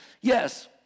yes